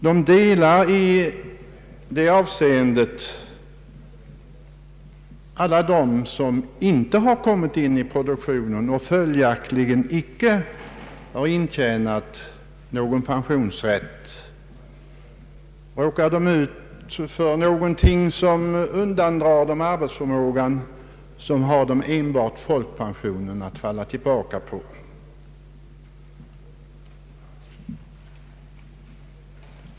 De befinner sig i samma situation i det avseendet som alla de vilka inte har kommit in i produktionen och följaktligen icke har intjänat någon pensionsrätt. Råkar de senare ut för någonting som berövar dem arbetsförmågan, har de enbart folkpensionen att falla tillbaka på.